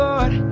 Lord